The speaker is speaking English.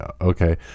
Okay